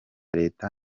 leta